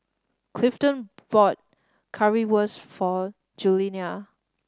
Clifton bought Currywurst for Juliana